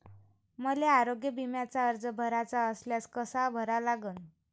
मले आरोग्य बिम्याचा अर्ज भराचा असल्यास कसा भरा लागन?